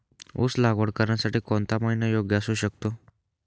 ऊस लागवड करण्यासाठी कोणता महिना योग्य असू शकतो?